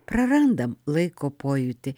prarandam laiko pojūtį